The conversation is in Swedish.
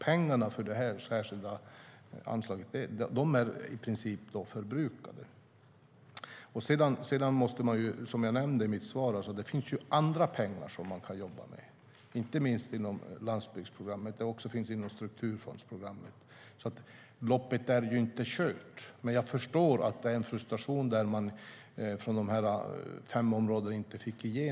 Pengarna för det särskilda anslaget är i princip förbrukade. Men precis som jag nämnde i mitt svar finns andra pengar, inte minst inom landsbygdsprogrammet. Det finns också pengar inom strukturfondsprogrammet. Loppet är inte kört. Men jag förstår frustrationen i de fem områden som inte fick igenom sina ansökningar.